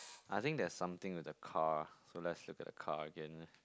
I think there's something with the car so let's look at the car again